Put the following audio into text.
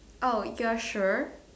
oh you are sure